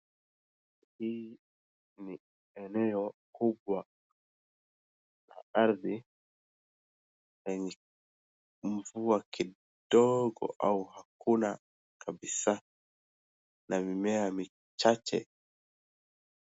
Hii ni eneo kubwa ya ardhi yenye mvua kidogo au hakuna kabisa na mimea michache.